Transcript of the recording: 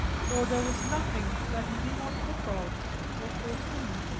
for there was nothing that he did not think of or foresee.